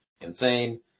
insane